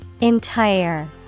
Entire